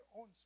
own